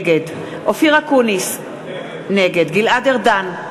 נגד אופיר אקוניס, נגד גלעד ארדן,